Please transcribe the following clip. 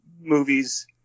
movies